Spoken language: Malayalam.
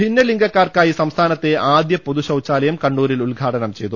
ഭിന്നലിംഗക്കാർക്കായി സംസ്ഥാനത്തെ ആദ്യ പൊതുശൌചാ ലയം കണ്ണൂരിൽ ഉദ്ഘാടനം ചെയ്തു